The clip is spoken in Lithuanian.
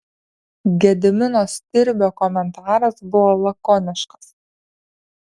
gedimino stirbio komentaras buvo lakoniškas